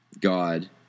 God